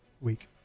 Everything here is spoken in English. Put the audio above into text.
week